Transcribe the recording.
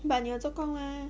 but 你有做工 ah